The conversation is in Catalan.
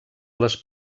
les